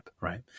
Right